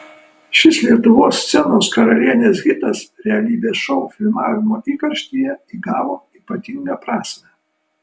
šis lietuvos scenos karalienės hitas realybės šou filmavimo įkarštyje įgavo ypatingą prasmę